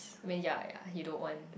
I mean ya ya he don't want